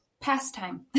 pastime